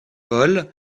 paul